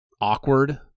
awkward